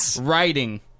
writing